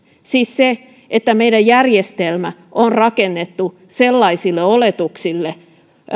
siis se että meidän järjestelmä on rakennettu sellaisille oletuksille